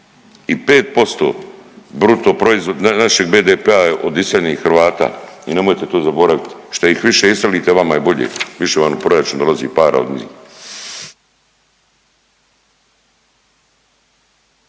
I 5% brutoproizvod, našeg BDP-a je od iseljenih Hrvata i nemojte to zaboravit, šta ih više iselite vama je bolje, više vam u proračun dolazi para od njih.